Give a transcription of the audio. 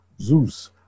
Zeus